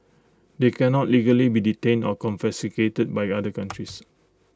they can not legally be detained or confiscated by other countries